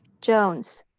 jones,